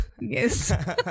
Yes